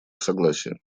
согласие